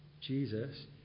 Jesus